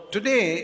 Today